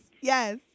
yes